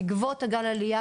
בעקבות גל העלייה,